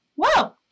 whoa